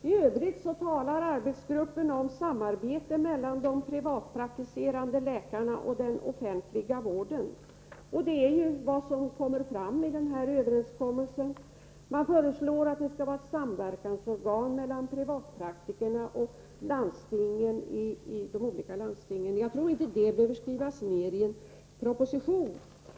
I övrigt talar arbetsgruppen om samarbete mellan de privatpraktiserande läkarna och den offentliga vården. Det är vad som framkommer i överenskommelsen. Man föreslår ett samverkansorgan mellan privatpraktikerna och de olika landstingen. Det tror jag inte behöver skrivas in i en proposition.